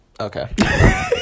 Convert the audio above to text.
Okay